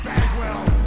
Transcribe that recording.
Bagwell